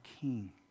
king